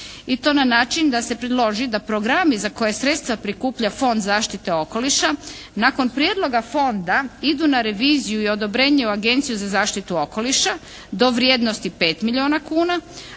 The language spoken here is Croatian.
i to na način da se priloži da programi za koje sredstva prikuplja Fond zaštite okoliša nakon prijedloga Fonda idu na reviziju i odobrenje u Agenciju za zaštitu okoliša do vrijednosti 5 milijona kuna,